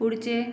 पुढचे